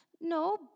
No